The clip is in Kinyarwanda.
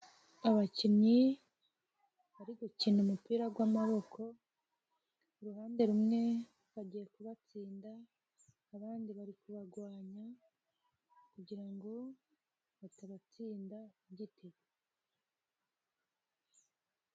Abakinnyi bari gukina umupira w'amaboko, ku ruhande rumwe bagiye kubatsinda, abandi bari kubarwanya, kugira ngo batabatsinda ku giti.